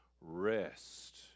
rest